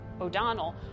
O'Donnell